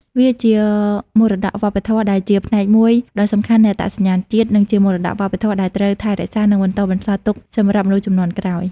វាជាមរតកវប្បធម៌ដែលជាផ្នែកមួយដ៏សំខាន់នៃអត្តសញ្ញាណជាតិ និងជាមរតកវប្បធម៌ដែលត្រូវថែរក្សា និងបន្តបន្សល់ទុកសម្រាប់មនុស្សជំនាន់ក្រោយ។